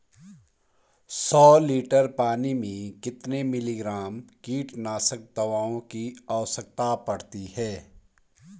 सौ लीटर पानी में कितने मिलीग्राम कीटनाशक दवाओं की आवश्यकता पड़ती है?